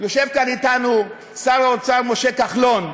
יושב כאן אתנו שר האוצר משה כחלון.